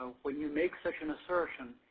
when you make such an assertion,